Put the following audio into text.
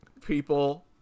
people